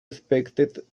expected